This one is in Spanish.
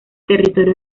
territorio